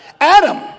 Adam